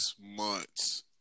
months